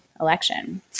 election